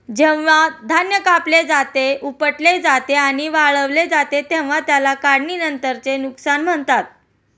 जेव्हा धान्य कापले जाते, उपटले जाते आणि वाळवले जाते तेव्हा त्याला काढणीनंतरचे नुकसान म्हणतात